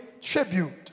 tribute